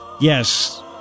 Yes